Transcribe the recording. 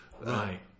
right